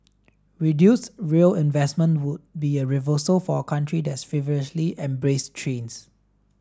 reduced rail investment would be a reversal for a country that's feverishly embraced trains